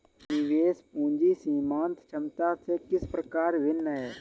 निवेश पूंजी सीमांत क्षमता से किस प्रकार भिन्न है?